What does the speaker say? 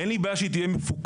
אין לי בעיה שהיא תהיה מפוקחת,